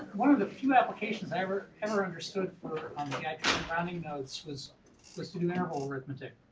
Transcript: one of the few applications i ever ever understood rounding notes was was to do interval arithmetic.